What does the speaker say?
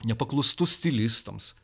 nepaklustu stilistams